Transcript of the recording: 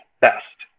best